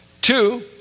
Two